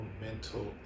mental